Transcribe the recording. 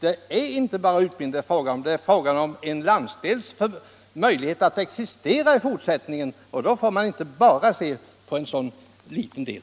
Det gäller inte bara utbildning utan även en landsdels möjlighet att existera i fortsättningen. Då får man inte se bara till en liten del.